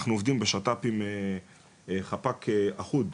אנחנו עובדים בשת"פ עם חפ"ק אחוד,